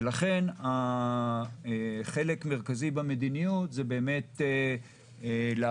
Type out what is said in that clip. ולכן חלק מרכזי במדיניות זה באמת לעבור